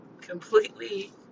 completely